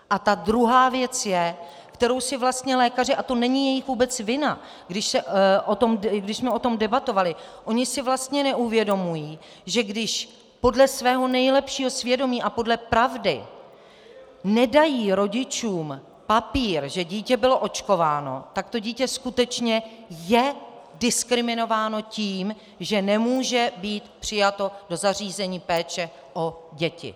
A ta druhá věc je, kterou si vlastně lékaři, a to není vůbec jejich vina, když jsme o tom debatovali, oni si vlastně neuvědomují, že když podle svého nejlepšího svědomí a podle pravdy nedají rodičům papír, že dítě bylo očkováno, tak to dítě skutečně je diskriminováno tím, že nemůže být přijato do zařízení péče o děti.